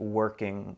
working